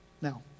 Now